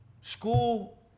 School